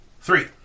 Three